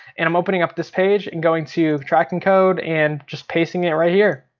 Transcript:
and i'm opening up this page and going to tracking code and just pasting it right here.